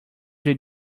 they